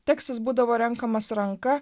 tekstas būdavo renkamas ranka